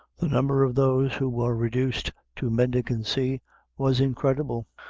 the number of those who were reduced to mendicancy was incredible,